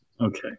Okay